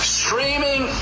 streaming